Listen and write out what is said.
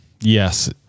Yes